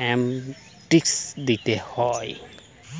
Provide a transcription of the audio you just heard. amnesty দিতে হয়